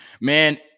Man